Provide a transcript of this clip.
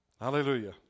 Hallelujah